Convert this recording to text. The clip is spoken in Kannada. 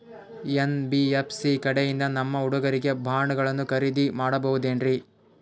ಎನ್.ಬಿ.ಎಫ್.ಸಿ ಕಡೆಯಿಂದ ನಮ್ಮ ಹುಡುಗರಿಗೆ ಬಾಂಡ್ ಗಳನ್ನು ಖರೀದಿದ ಮಾಡಬಹುದೇನ್ರಿ?